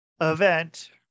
event